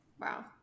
Wow